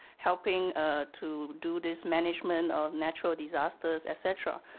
helping to do this management of natural disasters, et cetera.